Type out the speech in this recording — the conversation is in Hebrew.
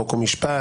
חוק ומשפט,